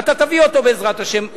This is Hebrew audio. ואתה תביא אותו, בעזרת השם.